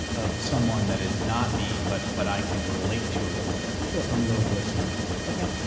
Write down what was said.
of someone that is not me but but i can relate to a little bit. sure. some little voice in my head. okay.